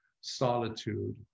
solitude